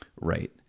right